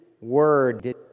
word